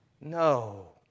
No